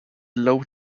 low